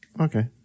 Okay